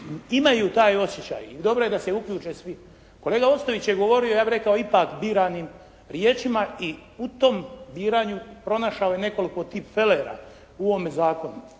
imaju taj osjećaj i dobro je da se uključe svi. Kolega Ostojić je govorio ja bih rekao ipak biranim riječima i u tom biranju pronašao je nekoliko tipfelera u ovome zakonu.